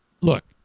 look